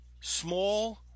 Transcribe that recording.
small